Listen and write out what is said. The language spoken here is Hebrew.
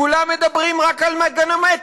כולם מדברים רק על מגנומטרים.